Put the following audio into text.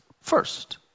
first